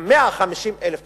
עם 150,000 תושבים.